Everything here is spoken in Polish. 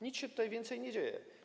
Nic się tutaj więcej nie dzieje.